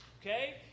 okay